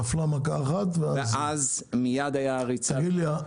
נפלה מכה אחת ואז --- ואז מיד הייתה ריצה --- תגיד לי,